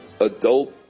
adult